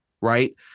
right